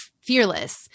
fearless